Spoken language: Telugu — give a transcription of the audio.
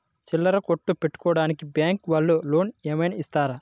చిల్లర కొట్టు పెట్టుకోడానికి బ్యాంకు వాళ్ళు లోన్ ఏమైనా ఇస్తారా?